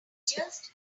just